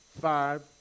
five